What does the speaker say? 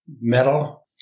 metal